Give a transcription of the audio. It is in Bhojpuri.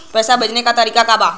पैसा भेजे के तरीका का बा?